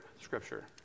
scripture